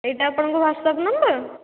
ଏଇଟା ଆପଣଙ୍କ WhatsApp number